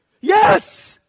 Yes